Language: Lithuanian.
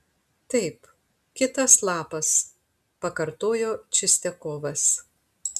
taip kitas lapas pakartojo čistiakovas